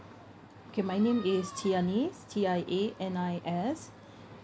okay my name is tianis T I A N I S